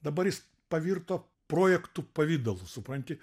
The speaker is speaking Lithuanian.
dabar jis pavirto projektų pavidalu supranti